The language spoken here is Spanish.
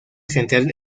central